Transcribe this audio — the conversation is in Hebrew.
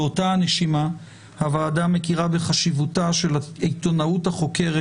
באותה נשימה הוועדה מכירה בחשיבותה של העיתונאות החוקרת